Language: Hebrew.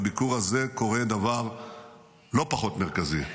בביקור הזה קורה דבר לא פחות מרכזי: